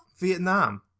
Vietnam